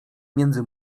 między